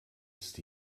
ist